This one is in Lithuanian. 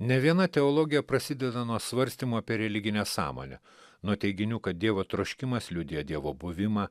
ne viena teologija prasideda nuo svarstymų apie religinę sąmonę nuo teiginių kad dievo troškimas liudija dievo buvimą